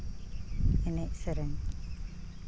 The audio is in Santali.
ᱮᱱᱮᱡ ᱥᱮᱨᱮᱧ